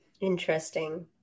Interesting